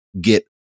get